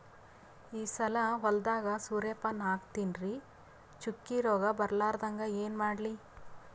ಈ ಸಲ ಹೊಲದಾಗ ಸೂರ್ಯಪಾನ ಹಾಕತಿನರಿ, ಚುಕ್ಕಿ ರೋಗ ಬರಲಾರದಂಗ ಏನ ಮಾಡ್ಲಿ?